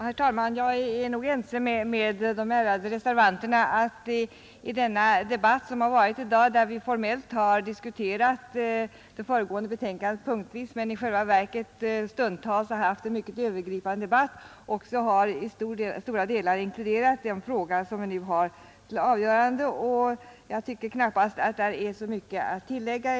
Herr talman! Jag är nog ense med de ärade reservanterna om att den debatt som har varit i dag, då vi formellt har diskuterat det föregående betänkandet punktvis men i själva verket stundtals har haft en mycket övergripande debatt, också har inkluderat stora delar av den fråga som vi nu har till avgörande. Jag tycker knappast att det är så mycket att tillägga.